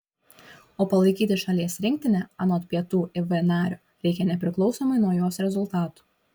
o palaikyti šalies rinktinę anot pietų iv nario reikia nepriklausomai nuo jos rezultatų